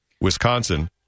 Wisconsin